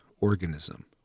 organism